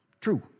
True